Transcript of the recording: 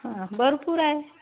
हां भरपूर आहे